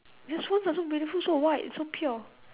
ya swans are so beautiful so white so pure